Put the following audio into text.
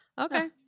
Okay